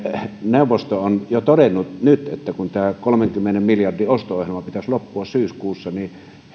neuvosto on nyt jo todennut että kun tämän kolmenkymmenen miljardin osto ohjelman pitäisi loppua syyskuussa niin he